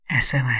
SOS